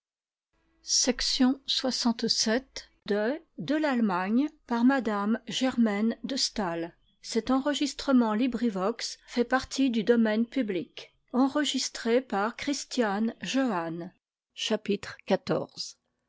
de m rt de